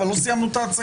עוד לא סיימנו את ההצגה.